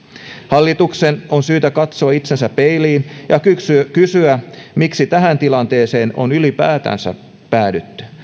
hallituksen on syytä katsoa itseänsä peilistä ja kysyä kysyä miksi tähän tilanteeseen on ylipäätänsä päädytty